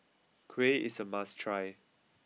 Kuih is a must try